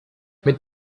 mit